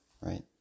right